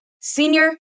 Senior